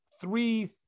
three